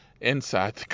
inside